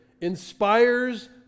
inspires